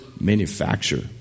manufacture